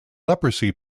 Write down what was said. leprosy